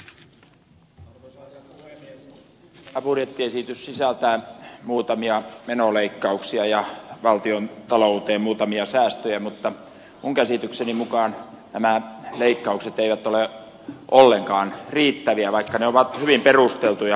tämä budjettiesitys sisältää muutamia menoleikkauksia ja valtiontalouteen muutamia säästöjä mutta minun käsitykseni mukaan nämä leikkaukset eivät ole ollenkaan riittäviä vaikka ne ovat hyvin perusteltuja